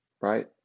right